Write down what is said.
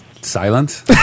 Silent